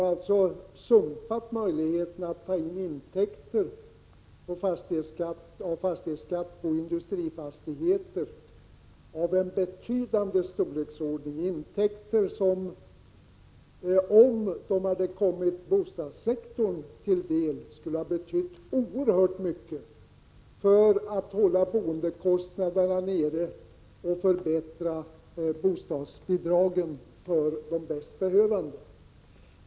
Vi har alltså försummat möjligheten att ta in intäkter av fastighetsskatt på industrifastigheter av en betydande storlek, intäkter som om de hade kommit bostadssektorn till del skulle ha betytt oerhört mycket för att hålla boendekostnaderna nere och förbättra bostadsbidragen för de bäst behövande.